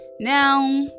Now